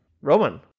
Roman